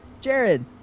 Jared